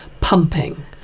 pumping